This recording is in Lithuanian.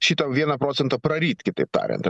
šitą vieną procentą praryt kitaip tariant